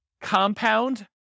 compound